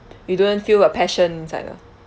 you don't feel a passion inside ah